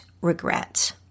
regret